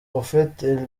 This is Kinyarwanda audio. prophetess